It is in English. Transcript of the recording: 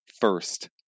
first